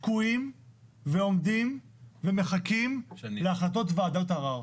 תקועים ועומדים ומחכים להחלטות ועדת ערר.